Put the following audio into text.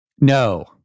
No